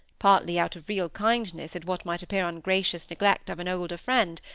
partly out of real kindness at what might appear ungracious neglect of an older friend,